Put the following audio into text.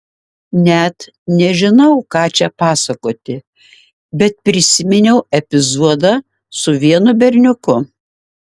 net nežinau ką čia pasakoti bet prisiminiau epizodą su vienu berniuku